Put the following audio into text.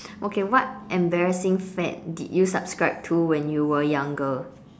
okay what embarrassing fad did you subscribe to when you were younger